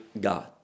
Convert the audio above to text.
God